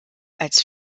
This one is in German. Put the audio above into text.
als